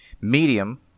medium